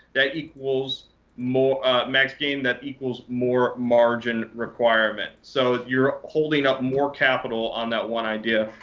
that equals more max gain that equals more margin requirement. so you're holding up more capital on that one idea,